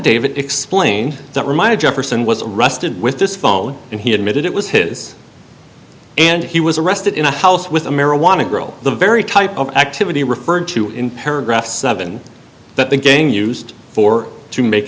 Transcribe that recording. affidavit explained that reminded jefferson was arrested with this phone and he admitted it was his and he was arrested in a house with a marijuana grow the very type of activity referred to in paragraph seven that the game used for to make